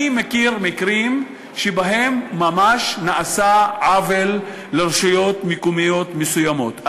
אני מכיר מקרים שבהם ממש נעשה עוול לרשויות מקומיות מסוימות.